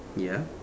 ya